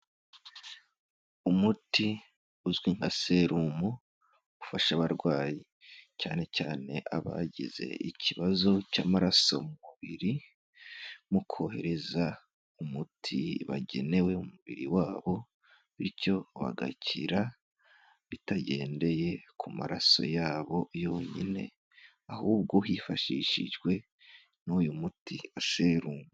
Umuti uzwi nka serumu, ufasha abarwayi cyane cyane abagize ikibazo cy'amaraso mu mubiri, mu kohereza umuti bagenewe mu mubiri wabo bityo bagakira bitagendeye ku maraso yabo yonyine ahubwo hifashishijwe n'uyu muti waseru.